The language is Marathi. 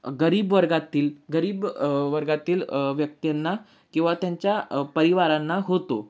गरीब वर्गातील गरीब वर्गातील व्यक्तींना किंवा त्यांच्या परिवारांना होतो